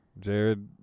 jared